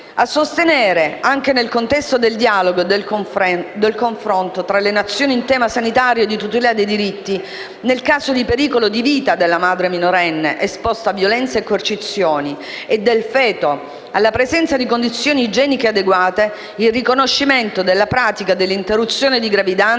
a sostenere, anche nel contesto del dialogo e del confronto tra le nazioni in tema sanitario e di tutela dei diritti, nel caso di pericolo di vita della madre minorenne esposta a violenze e coercizioni e del feto, alla presenza di condizioni igieniche adeguate, il riconoscimento della pratica dell'interruzione di gravidanza,